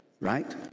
right